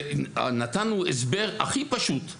נתנו הסבר הכי פשוט,